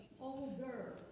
Older